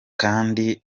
kandi